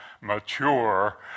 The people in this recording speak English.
mature